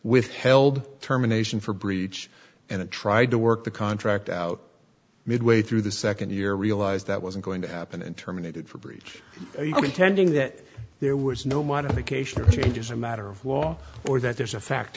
withheld terminations for breach and tried to work the contract out midway through the second year realized that wasn't going to happen and terminated for breach you pretending that there was no modification or change is a matter of law or that there's a fact